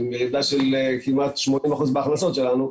עם ירידה של כמעט 80% בהכנסות שלנו.